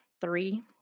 three